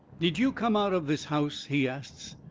did you come out of this house? he asts.